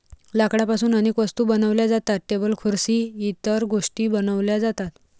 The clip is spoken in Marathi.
लाकडापासून अनेक वस्तू बनवल्या जातात, टेबल खुर्सी इतर गोष्टीं बनवल्या जातात